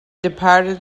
departed